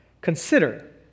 Consider